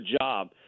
job